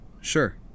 Sure